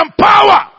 power